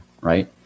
right